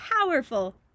powerful